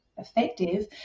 effective